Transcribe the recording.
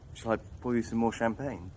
shall i pour you some more champagne?